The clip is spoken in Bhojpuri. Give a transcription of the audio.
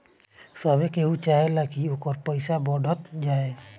सभे केहू चाहेला की ओकर पईसा बढ़त जाए